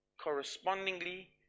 correspondingly